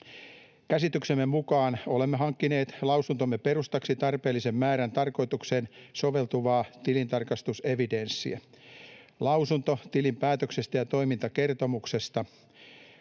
Käsityksemme mukaan olemme hankkineet lausuntomme perustaksi tarpeellisen määrän tarkoitukseen soveltuvaa tilintarkastusevidenssiä. Lausunto tilinpäätöksestä ja toimintakertomuksesta: